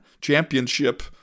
championship